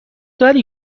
داری